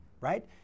right